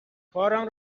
کارم